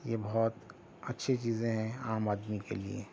یہ بہت اچھی چیزیں ہیں عام آدمی کے لیے